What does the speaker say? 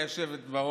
גברתי היושבת-ראש,